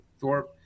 Thorpe